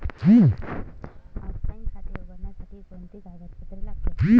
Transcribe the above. Offline खाते उघडण्यासाठी कोणती कागदपत्रे लागतील?